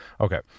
Okay